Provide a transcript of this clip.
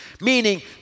Meaning